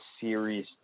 series